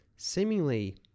Seemingly